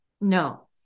no